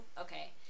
okay